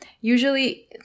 usually